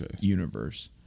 universe